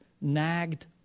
nagged